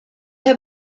heb